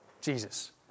Jesus